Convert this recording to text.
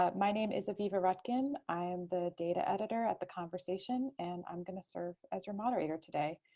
ah my name is aviva rutkin. i'm the data editor at the conversation, and i'm gonna serve as your moderator today.